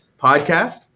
podcast